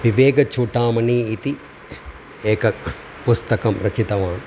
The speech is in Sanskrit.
विवेकचूडामणिः इति एकं पुस्तकं रचितवान्